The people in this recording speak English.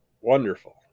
wonderful